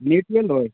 minute হ'লে লয়